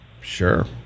Sure